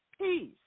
peace